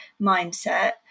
mindset